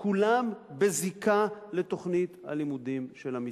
כולם בזיקה לתוכנית הלימודים של המשרד.